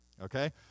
Okay